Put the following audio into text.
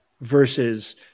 Versus